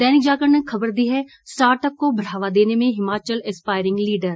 दैनिक जागरण ने खबर दी है स्टार्ट अप को बढ़ावा देने में हिमाचल एस्पायरिंग लीडर